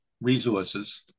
resources